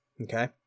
Okay